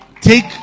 Take